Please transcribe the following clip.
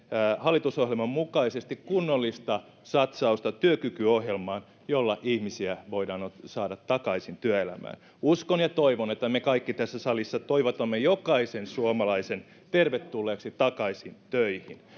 hallitusohjelman mukaisesti kunnollista satsausta työkykyohjelmaan jolla ihmisiä voidaan saada takaisin työelämään uskon ja toivon että me kaikki tässä salissa toivotamme jokaisen suomalaisen tervetulleeksi takaisin töihin